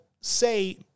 say